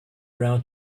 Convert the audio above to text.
brown